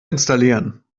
installieren